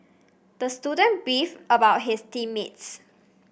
the student beefed about his team mates